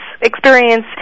experience